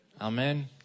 Amen